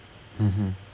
mmhmm